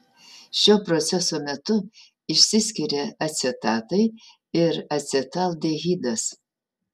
šio proceso metu išsiskiria acetatai ir acetaldehidas